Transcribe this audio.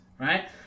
Right